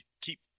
Keep